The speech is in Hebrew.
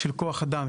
של כוח אדם,